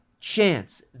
Chance